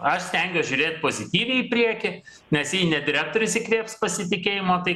aš stengiuos žiūrėt pozityviai į priekį nes jei ne direktorius įkvėps pasitikėjimo tai